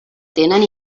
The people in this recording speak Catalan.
tenen